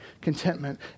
contentment